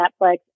Netflix